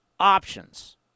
options